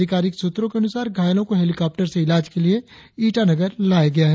अधिकारिक सूत्रों के अनुसार घायलों को हेलिकॉप्टर से इलाज के लिए ईटानगर लाया गया है